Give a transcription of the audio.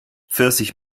pfirsich